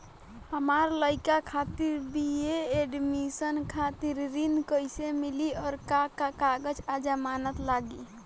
हमार लइका खातिर बी.ए एडमिशन खातिर ऋण कइसे मिली और का का कागज आ जमानत लागी?